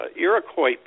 Iroquois